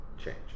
change